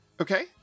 Okay